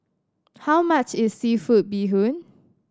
how much is seafood bee hoon